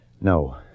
No